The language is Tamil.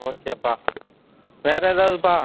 ஓகேப்பா வேறு ஏதாவதுப்பா